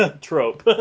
trope